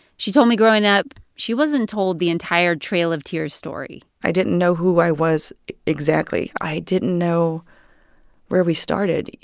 she told me, growing up, she wasn't told the entire trail of tears story i didn't know who i was exactly. i didn't know where we started.